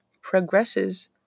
progresses